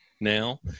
Now